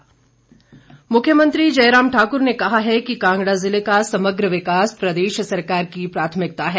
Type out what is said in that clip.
CM मुख्यमंत्री जयराम ठाकुर ने कहा है कि कांगड़ा जिले का समग्र विकास प्रदेश सरकार की प्राथमिकता है